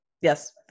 yes